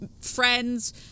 friends